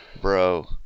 bro